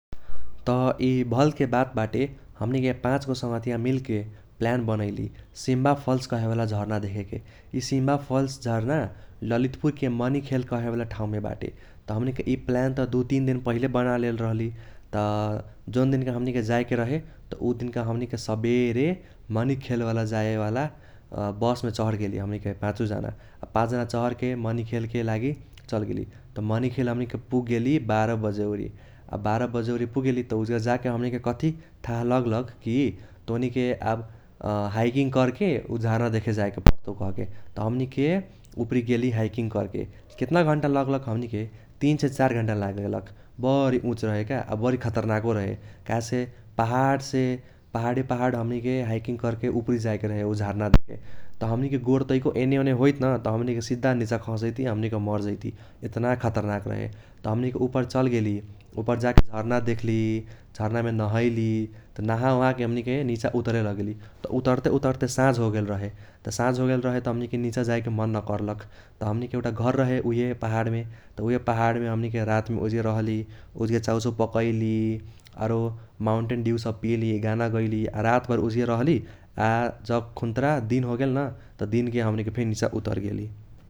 त इ भलके बात बाटे हमनीके पाचगो संगहतिया मिलके प्ल्यान बनैली, सिम्बा फल्स कहेवाला झर्ना देखेके । इ सिम्बा फल्स झर्ना ललितपुरके मनीखेल कहेवाला ठाउमे बाटे । त हमनीके इ प्ल्यान त दु तीन पहिले बनालेल रहली त जौन दिनका हमनीके जाएके रहे त उ दिनका हमनीके सबेरे मनीखेलवाला जाएवाला बसमे चहर गेली हमनीके पाचु जाना । आ पाच जाना चहरके मनीखेलके लागि चलगेली । त मनीखेल हमनीके पूगगेली, बार बजे उरी आ बार बजे उरी पूगगेली त उजगा जाके हमनीके कथी थाह लगलक कि तोनिके आब हाइकिंग कर्के उ झर्ना देखे जाएके पर्तौ कहके । त हमनीके उपरि गेली हाइकिंग कर्के, केतना घन्टा लगलक हमनीके तीन से चार घन्टा लागगेलक बरी उच रहे का आ बरी खतरनाको रहे काहेसे पाहाडसे पाहाडे पाहाड हमनीके हाइकिंग कर्के उपरि जाएके रहे उ झर्ना देखे । त हमनीके गोर तैको एने ओने होइत न त हमनीके सीधा नीचा खसजैति, हमनीके मर जैति एतना खतरनाक रहे। त हमनीके उपर चलगेली उपर जाके झर्ना देख्ली, झर्नामे नहैली त नाहा वोहाके हमनीके नीचा उट्रेलग्ली । त उतर्ते उतर्ते साझ होगेल रहे । त साझ होगेल रहे त हमनीके नीचा जाएके मन न कर्लक। त हमनीके एउटा घर रहे उइहे पाहाडमे । त उइहे पाहाडमे हमनीके रातमे उजगे रहली, उजगे चाउचाउ पकैली आरो माउंटेन डिउ सब पीली, गाना गैली आ रात भर उजगे रहली । आ जखून्त्रा दिन होगेल न त दिनके हमनीके फेन नीचा उतरगेली ।